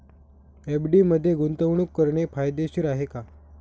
FD मध्ये गुंतवणूक करणे फायदेशीर आहे का?